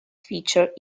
feature